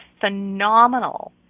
phenomenal